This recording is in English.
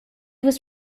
was